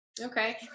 Okay